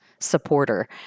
Supporter